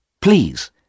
Please